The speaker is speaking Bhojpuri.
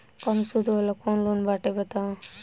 कम सूद वाला कौन लोन बाटे बताव?